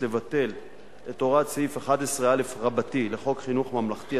לבטל את הוראת סעיף 11א לחוק חינוך ממלכתי,